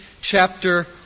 chapter